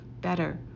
better